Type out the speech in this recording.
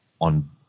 on